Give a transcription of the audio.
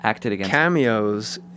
cameos